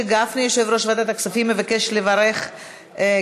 אני קובעת כי הצעת חוק ייצוג הולם של בני האוכלוסייה